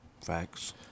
Facts